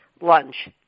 lunch